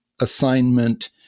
assignment